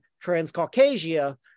Transcaucasia